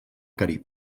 carib